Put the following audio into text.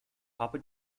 papa